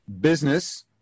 Business